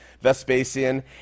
Vespasian